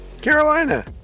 carolina